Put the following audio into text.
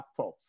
laptops